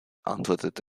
antwortete